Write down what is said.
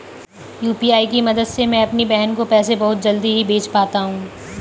UPI के मदद से मैं अपनी बहन को पैसे बहुत जल्दी ही भेज पाता हूं